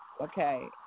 Okay